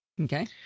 Okay